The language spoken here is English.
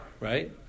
Right